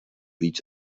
víc